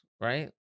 right